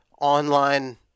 online